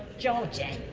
georgie,